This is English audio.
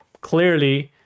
clearly